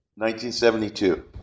1972